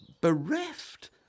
bereft